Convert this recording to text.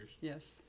Yes